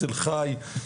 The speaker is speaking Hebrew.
תל חי,